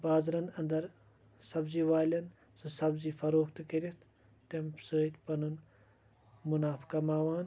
بازرَن انٛدر سبزی والیٚن سۄ سبزی فروخت کٔرِتھ تمہِ سۭتۍ پَنُن مُنافعہٕ کَماوان